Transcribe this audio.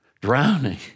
drowning